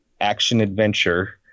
action-adventure